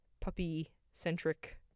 puppy-centric